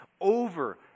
over